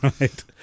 right